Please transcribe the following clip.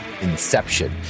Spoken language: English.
inception